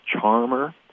charmer